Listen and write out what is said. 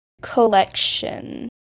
collection